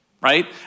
Right